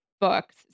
books